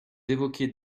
évoquez